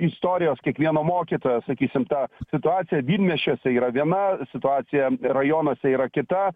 istorijos kiekvieno mokytojo sakysim tą situaciją didmiesčiuose yra viena situacija rajonuose yra kita